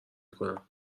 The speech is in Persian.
کنم